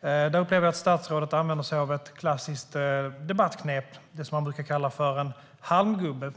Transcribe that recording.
Jag upplever att statsrådet använder sig av ett klassiskt debattknep: det som man brukar kalla för en halmgubbe.